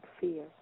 fear